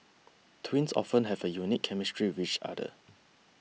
twins often have a unique chemistry with each other